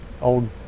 old